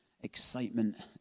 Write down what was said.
excitement